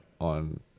on